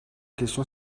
question